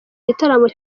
gitaramo